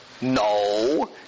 no